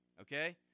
okay